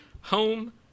home